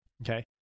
Okay